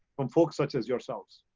from folks such as yourselves.